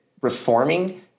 reforming